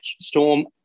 Storm